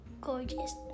gorgeous